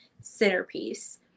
centerpiece